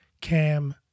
cam